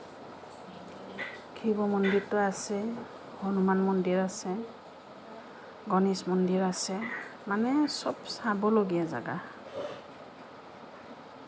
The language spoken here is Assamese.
শিৱ মন্দিৰটো আছে হনুমান মন্দিৰ আছে গণেশ মন্দিৰ আছে মানে সব চাবলগীয়া জাগা